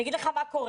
אני אגיד לך מה קורה.